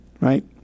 right